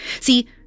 See